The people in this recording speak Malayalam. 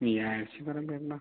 ഈ ആഴ്ച്ച പറയുമ്പോൾ എന്നാണ്